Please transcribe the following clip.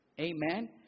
Amen